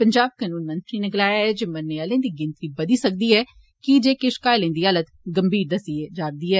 पंजाब कनून मंत्री नै गलाया ऐ जे मरने आलें दी गिनत्री बदी सकदी ऐ के जे किश घायलें दी हालत गंभीर ऐ